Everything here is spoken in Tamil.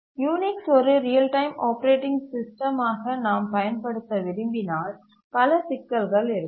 யுனிக்ஸ்சை ஒரு ரியல் டைம் ஆப்பரேட்டிங் சிஸ்டம் ஆக நாம் பயன்படுத்த விரும்பினால் பல சிக்கல்கள் இருக்கும்